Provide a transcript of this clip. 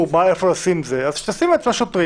איפה לשים מחסום אז שתשים בעצמה שוטרים